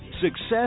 success